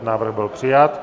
Návrh byl přijat.